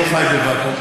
לא חי בווקום,